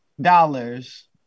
dollars